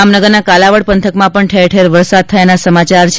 જામનગરના કાલાવડ પંથકમાં ઠેર ઠેર વરસાદ થયાના સમાચાર છે